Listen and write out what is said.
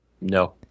No